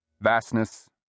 Vastness